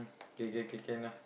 K K K can ah